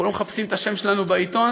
אנחנו לא מחפשים את השם שלנו בעיתון,